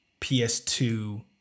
PS2